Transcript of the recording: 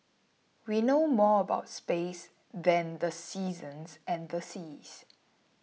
we know more about space than the seasons and the seas